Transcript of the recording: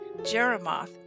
Jeremoth